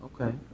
okay